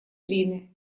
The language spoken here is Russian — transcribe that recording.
время